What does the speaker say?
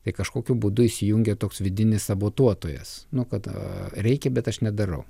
tai kažkokiu būdu įsijungia toks vidinis sabotuotojas nu kad reikia bet aš nedarau